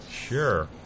Sure